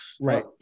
Right